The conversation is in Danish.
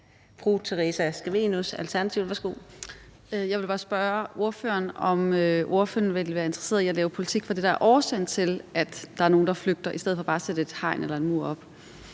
Theresa Scavenius (ALT): Jeg vil bare spørge ordføreren, om ordføreren vil være interesseret i at lave politik for det, der er årsagen til, at der er nogle, der flygter, i stedet for bare at ville sætte et hegn eller en mur op.